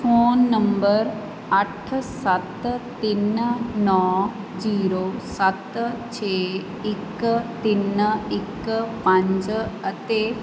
phone number ਅੱਠ ਸੱਤ ਤਿੰਨ ਨੌਂ ਜੀਰੋ ਸੱਤ ਛੇ ਇੱਕ ਤਿੰਨ ਇੱਕ ਪੰਜ ਅਤੇ